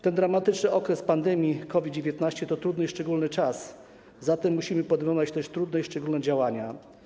Ten dramatyczny okres pandemii COVID-19 to trudny i szczególny czas, zatem musimy podejmować też trudne i szczególne działania.